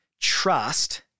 trust